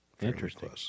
Interesting